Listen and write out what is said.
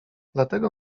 dlatego